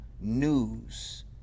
news